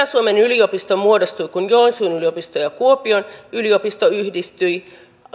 suomen yliopisto muodostui kun joensuun yliopisto ja kuopion yliopisto yhdistyivät